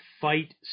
fight